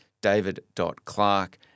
david.clark